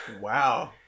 wow